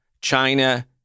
China